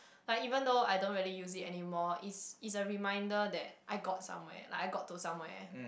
like even though I don't really use it anymore it's it's a reminder that I got somewhere like I got to somewhere